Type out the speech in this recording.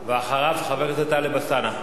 אחריו, חבר הכנסת טלב אלסאנע.